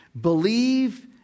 Believe